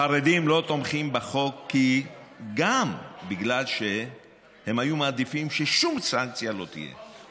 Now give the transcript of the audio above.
החרדים לא תומכים בחוק גם בגלל שהם היו מעדיפים ששום סנקציה לא תהיה.